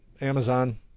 Amazon